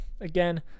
Again